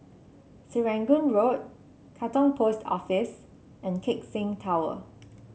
Serangoon Road Katong Post Office and Keck Seng Tower